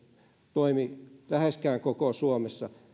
toimi läheskään koko suomessa